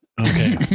Okay